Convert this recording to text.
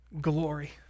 glory